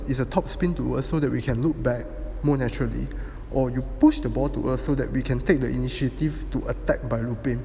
is a top spin to us so that we can loop back more naturally or you push the ball to us so that we can take the initiative to attack by looping